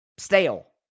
Stale